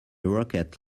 rocket